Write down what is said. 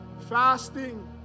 fasting